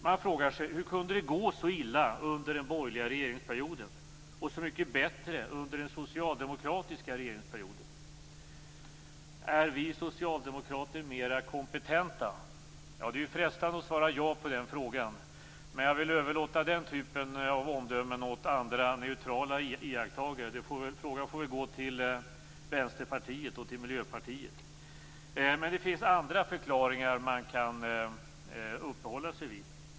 Man frågar sig: Hur kunde det gå så illa under den borgerliga regeringsperioden och så mycket bättre under den socialdemokratiska regeringsperioden? Är vi socialdemokrater mer kompetenta? Det är frestande att svara ja på den frågan. Men jag vill överlåta den typen av omdömen åt andra neutrala iakttagare. Frågan får väl gå till Vänsterpartiet och Miljöpartiet. Men det finns andra förklaringar som man kan uppehålla sig vid.